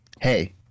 Hey